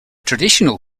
traditional